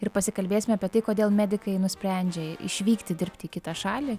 ir pasikalbėsim apie tai kodėl medikai nusprendžia išvykti dirbti į kitą šalį